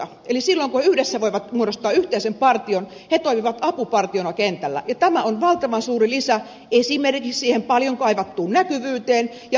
eli silloin kun he yhdessä voivat muodostaa yhteisen partion he toimivat apupartiona kentällä ja tämä on valtavan suuri lisä esimerkiksi siihen paljon kaivattuun näkyvyyteen ja yjt toimintaan